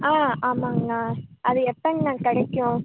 ஆ ஆமாங்கணா அது எப்போங்ணா கிடைக்கும்